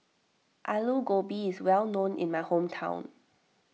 Alu Gobi is well known in my hometown